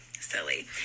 silly